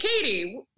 Katie